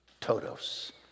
Todos